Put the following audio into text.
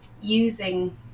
using